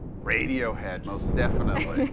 radiohead, most definitely.